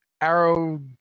Arrow